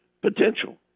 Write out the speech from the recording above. potential